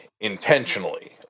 intentionally